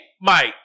Mike